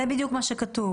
זה בדיוק מה שכתוב.